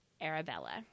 Arabella